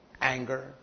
anger